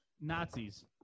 Nazis